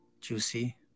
juicy